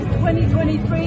2023